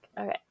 Okay